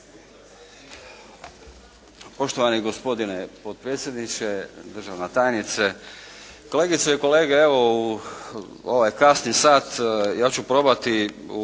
Poštovani gospodine potpredsjedniče, državna tajnice, kolegice i kolege. Evo, u ovaj kasni sat ja ću probati